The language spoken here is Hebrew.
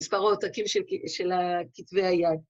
מספר עותקים של כתבי היד.